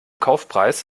kaufpreis